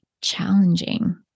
challenging